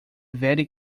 very